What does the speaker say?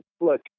look